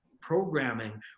programming